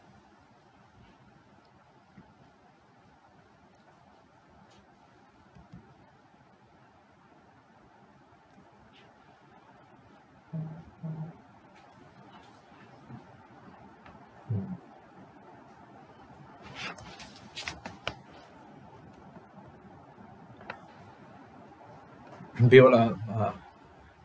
mm bill ah ha